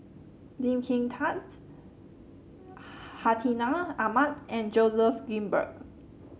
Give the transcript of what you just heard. Lee Kin Tat Hartinah Ahmad and Joseph Grimberg